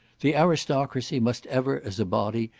the aristocracy must ever, as a body,